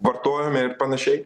vartojome ir panašiai